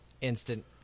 instant